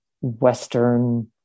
Western